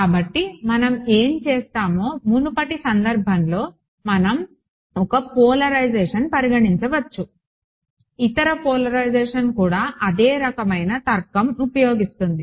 కాబట్టి మనం ఏమి చేస్తామో మునుపటి సందర్భంలో మనం 1 పోలరైజేషన్ పరిగణించవచ్చు ఇతర పోలరైజేషన్ కూడా అదే రకమైన తర్కం ఉపయోగిస్తుంది